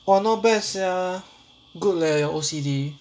orh not bad sia good leh your O_C_D